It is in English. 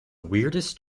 weirdest